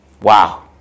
Wow